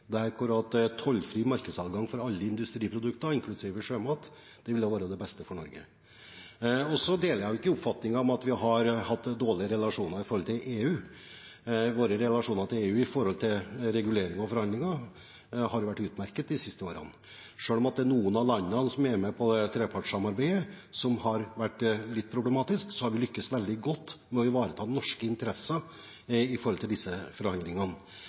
der det er tollfri markedsadgang for alle industriprodukter, inklusive sjømat, ville det være det beste for Norge. Jeg deler ikke oppfatningen av at vi har hatt dårlige relasjoner til EU. Våre relasjoner til EU når det gjelder regulering og forhandlinger, har vært utmerket de siste årene. Selv om det er noen av landene som er med på trepartssamarbeidet som har vært litt problematiske, har vi lyktes veldig godt med å ivareta norske interesser i disse forhandlingene.